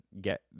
get